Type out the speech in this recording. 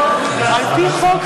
על פי חוק,